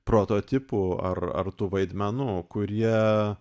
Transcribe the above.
prototipų ar ar tų vaidmenų kurie